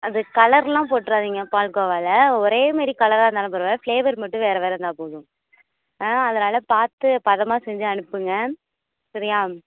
அது கலரெலாம் போட்டுறாதீங்க பால்கோவாவில் ஒரே மாரி கலராக இருந்தாலும் பரவாயில்ல ஃபிளேவர் மட்டும் வேறு வேறு இருந்தால் போதும் ஆ அதனால் பார்த்து பதமாக செஞ்சு அனுப்புங்க சரியா